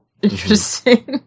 Interesting